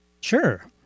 Sure